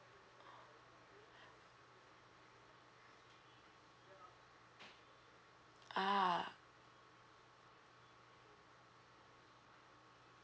ah